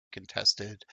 contested